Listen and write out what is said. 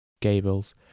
Gable's